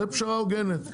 זו פשרה הוגנת.